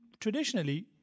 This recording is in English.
traditionally